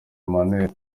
emmanuel